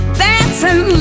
dancing